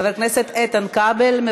חברי הכנסת איתן כבל,